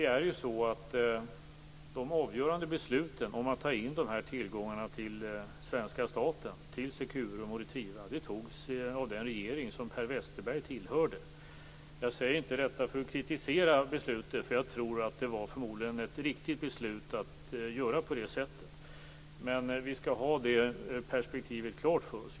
Fru talman! De avgörande besluten om att ta in tillgångarna till svenska staten - till Securum och Retriva - fattades av den regering som Per Westerberg tillhörde. Jag säger inte detta för att kritisera beslutet, för jag tror att det var ett riktigt beslut. Men vi skall ha det perspektivet klart för oss.